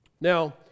now